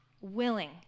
willing